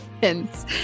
hints